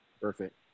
Perfect